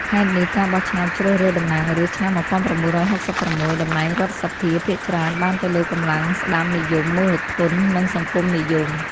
ហេតុនេះ ការបោះឆ្នោតជ្រើសរើសតំណាងរាស្ត្រឆ្នាំ ១៩៦៦ តំណែងរដ្ឋសភាភាគច្រើនបានទៅលើកម្លាំងស្តាំនិយម មូលធន និងសង្គមនិយម។